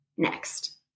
Next